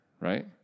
right